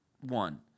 one